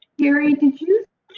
carrie, did you